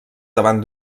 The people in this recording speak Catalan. davant